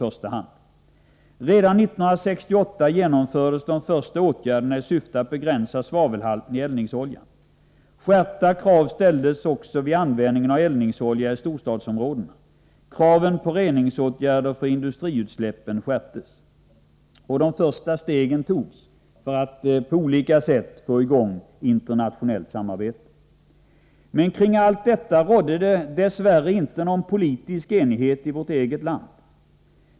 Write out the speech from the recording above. Redan 1968 genomfördes de första åtgärderna i syfte att begränsa svavelhalten i eldningsolja. Skärpta krav ställdes också vid användningen av eldningsolja i storstadsområdena. Kraven på reningsåtgärder för industriutsläppen skärptes, och de första stegen togs för att på olika sätt få i gång internationellt samarbete. Men kring allt detta rådde det dess värre inte någon politisk enighet i vårt eget land.